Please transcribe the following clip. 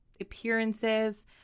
appearances